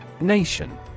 Nation